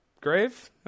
grave